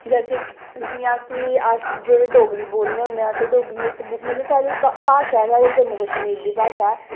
जैसे जि'यां के अस डोगरी बोलने होन्ने आं के डोगरी इक साढ़ी भाशा ऐ जम्मू कश्मीर दी भाशा ऐ